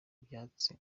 byatsi